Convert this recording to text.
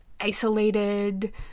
isolated